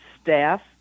staff